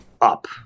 up